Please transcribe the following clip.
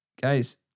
guys